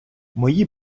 мої